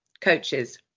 coaches